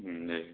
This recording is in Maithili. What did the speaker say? नहि